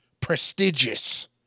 prestigious